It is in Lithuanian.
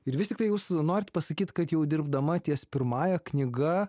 ir vis tiktai jūs norit pasakyt kad jau dirbdama ties pirmąja knyga